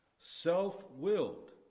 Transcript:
self-willed